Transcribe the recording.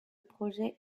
projet